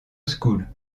school